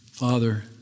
Father